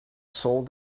solved